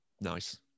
nice